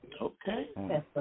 Okay